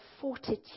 fortitude